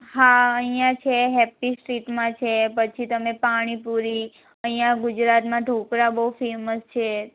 હા અહીંયાં છે હેપીસીટમાં છે પછી તમે પાણીપૂરી અહીંયાં ગુજરાતમાં ઢોકળા બહુ ફેમસ છે